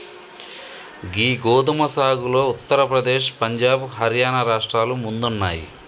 గీ గోదుమ సాగులో ఉత్తర ప్రదేశ్, పంజాబ్, హర్యానా రాష్ట్రాలు ముందున్నాయి